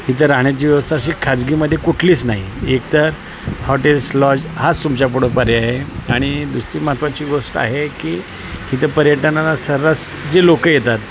इथं राहण्याची व्यवस्था अशी खाजगीमध्ये कुठलीच नाही एकतर हॉटेल्स लॉज हाच तुमच्यापुढं पर्याय आहे आणि दुसरी महत्त्वाची गोष्ट आहे की इथं पर्यटनाला सर्रास जे लोक येतात